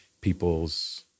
people's